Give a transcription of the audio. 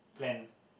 plan